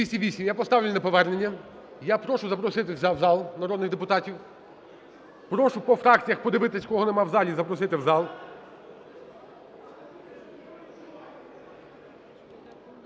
За-208 Я поставлю на повернення. Я прошу запросити в зал народних депутатів. Прошу по фракціях подивитись, кого немає в залі, і запросити в зал.